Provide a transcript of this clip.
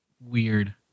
weird